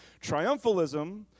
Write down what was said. Triumphalism